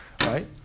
right